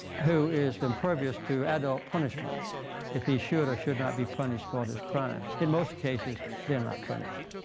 who is impervious to adult punishment if he should or should not be punished for this crime. in most cases, they're not punished.